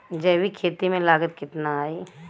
जैविक खेती में लागत कितना आई?